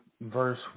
verse